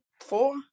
four